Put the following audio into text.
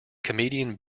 comedian